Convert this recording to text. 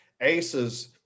ACEs